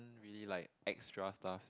really like extra stuff